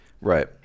Right